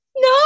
No